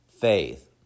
faith